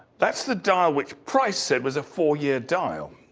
that's the dial which price said was a four year dial,